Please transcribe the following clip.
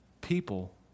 people